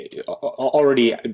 already